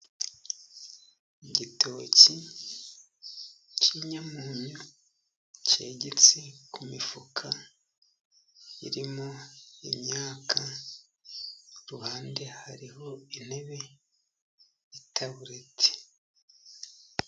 Igitoki cy'inyamunyo cyegetse ku mifuka irimo imyaka, ku ruhande hariho intebe y'itabureti